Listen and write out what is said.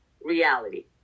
reality